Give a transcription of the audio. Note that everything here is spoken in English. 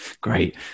great